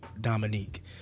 Dominique